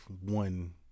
one